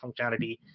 functionality